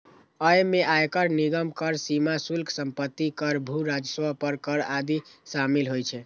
अय मे आयकर, निगम कर, सीमा शुल्क, संपत्ति कर, भू राजस्व पर कर आदि शामिल होइ छै